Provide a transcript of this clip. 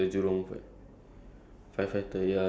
the fire station is like damn near to my house